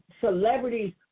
celebrities